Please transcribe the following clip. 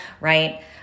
right